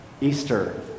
Easter